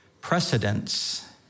precedence